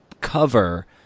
cover